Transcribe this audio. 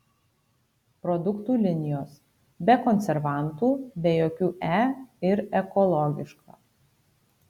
produktų linijos be konservantų be jokių e ir ekologiška